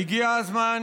כי אני